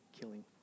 killing